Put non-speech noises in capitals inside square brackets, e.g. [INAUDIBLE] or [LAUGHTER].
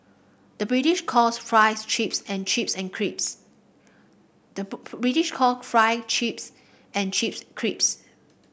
the British calls fries chips and chips and crisps the [UNINTELLIGIBLE] British call fries chips and chips crisps